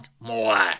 more